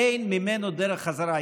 אין ממנו דרך חזרה.